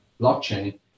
blockchain